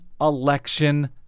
election